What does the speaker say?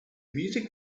music